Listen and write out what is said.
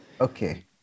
Okay